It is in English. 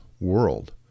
world